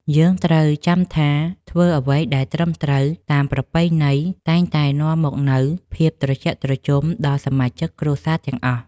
យើងត្រូវចាំថាការធ្វើអ្វីដែលត្រឹមត្រូវតាមប្រពៃណីតែងតែនាំមកនូវភាពត្រជាក់ត្រជុំដល់សមាជិកគ្រួសារទាំងអស់។